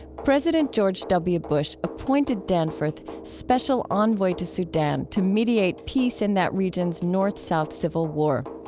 president george w. bush appointed danforth special envoy to sudan to mediate peace in that region's north south civil war.